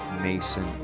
Mason